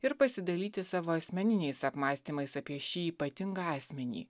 ir pasidalyti savo asmeniniais apmąstymais apie šį ypatingą asmenį